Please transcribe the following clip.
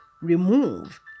remove